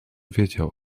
wiedział